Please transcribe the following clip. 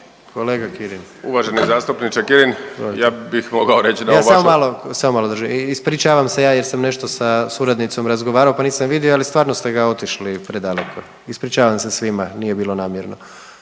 Juro** Uvaženi zastupniče Kirin, ja bih mogao reć da… **Jandroković, Gordan (HDZ)** Evo samo malo, samo malo državni, ispričavam se ja jer sam nešto sa suradnicom razgovarao, pa nisam vidio, ali stvarno ste ga otišli predaleko, ispričavam se svima, nije bilo namjerno.